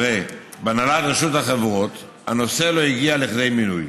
בהנהלת רשות החברות הנושא לא הגיע לכדי מינוי.